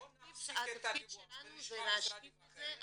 בואו נפסיק את הדיווח ונשמע משרדים אחרים.